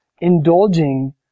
indulging